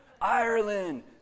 Ireland